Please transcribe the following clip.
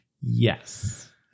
Yes